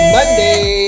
Monday